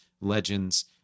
legends